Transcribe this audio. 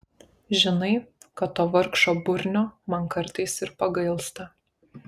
žinai kad to vargšo burnio man kartais ir pagailsta